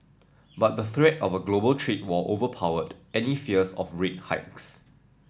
but the threat of a global trade war overpowered any fears of rate hikes